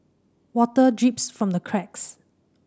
water drips from the cracks